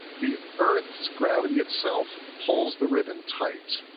the earth's gravity itself pulls the ribbon tight.